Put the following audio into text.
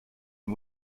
den